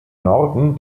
norden